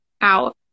out